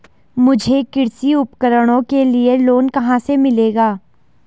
मुझे कृषि उपकरणों के लिए लोन कहाँ से मिलेगा?